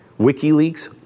WikiLeaks